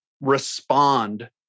respond